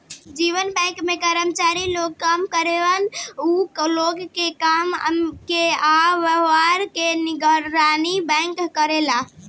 जवन बैंक में कर्मचारी लोग काम करेलन उ लोग के काम के आ व्यवहार के निगरानी बैंक करेला